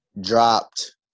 dropped